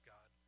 God